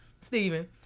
Stephen